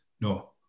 no